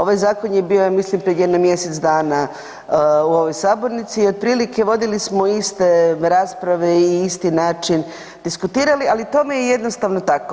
Ovaj zakon je bio ja mislim pred jedno mjesec dana u ovoj sabornici i otprilike vodili smo iste rasprave i isti način diskutirali, ali tome je jednostavno tako.